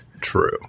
true